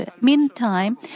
Meantime